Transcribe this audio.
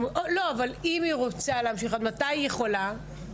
ואם היא רוצה להמשיך, עד מתי היא יכולה להמשיך?